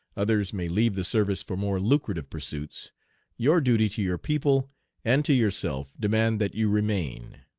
others may leave the service for more lucrative pursuits your duty to your people and to yourself demand that you remain.